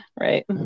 Right